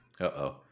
Uh-oh